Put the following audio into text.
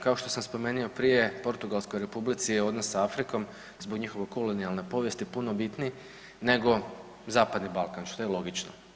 Kao što sam spomenuo prije Portugalskoj Republici je odnos sa Afrikom zbog njihove kolonijalne povijesti je puno bitniji nego Zapadni Balkan, što je logično.